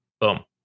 boom